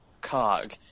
cog